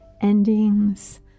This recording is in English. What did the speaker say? endings